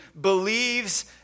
believes